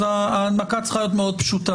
אז ההנמקה צריכה להיות מאוד פשוטה.